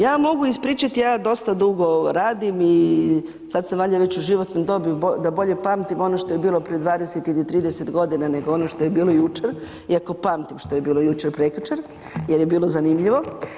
Ja vam mogu ispričati, ja dosta dugo radim i sad sam valja već u životnoj dobi da bolje pamtim ono što je bilo prije 20 ili 30 godina nego ono što je bilo jučer, iako pamtim što je bilo jučer, prekjučer jer je bilo zanimljivo.